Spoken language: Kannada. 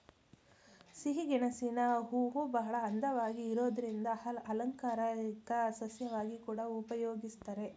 ಸಿಹಿಗೆಣಸಿನ ಹೂವುಬಹಳ ಅಂದವಾಗಿ ಇರೋದ್ರಿಂದ ಅಲಂಕಾರಿಕ ಸಸ್ಯವಾಗಿ ಕೂಡಾ ಉಪಯೋಗಿಸ್ತಾರೆ